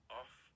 off